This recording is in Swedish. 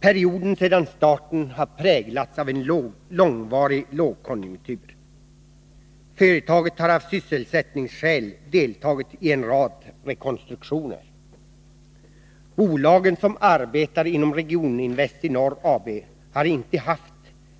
Perioden sedan starten har präglats av en långvarig lågkonjunktur. Företaget har av sysselsättningsskäl deltagit i en rad rekonstruktioner. Bolagen som arbetar inom Regioninvest i Norr AB har inte haft